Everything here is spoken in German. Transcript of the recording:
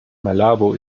malabo